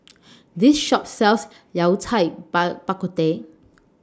This Shop sells Yao Cai Bak Kut Teh